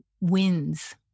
wins